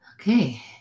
Okay